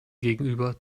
gegenüber